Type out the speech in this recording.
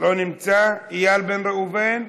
לא נמצא, איל בן ראובן,